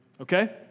okay